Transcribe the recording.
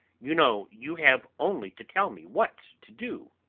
you know you have only to tell me what to do.